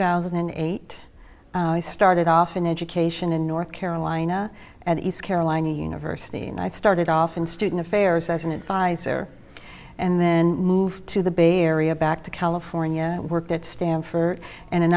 thousand and eight started off in education in north carolina and east carolina university and i started off in student affairs as an advisor and then moved to the bay area back to california worked at stanford and an